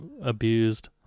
abused